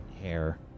hair